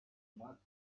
not